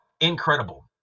incredible